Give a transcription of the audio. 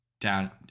down –